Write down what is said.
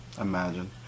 Imagine